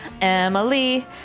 Emily